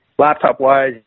Laptop-wise